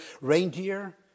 reindeer